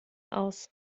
aus